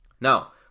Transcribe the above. Now